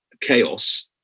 chaos